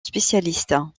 spécialistes